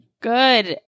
Good